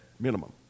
minimum